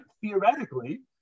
theoretically